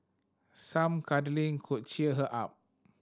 some cuddling could cheer her up